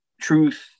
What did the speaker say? truth